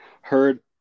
heard